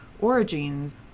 origins